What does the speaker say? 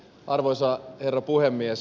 arvoisa herra puhemies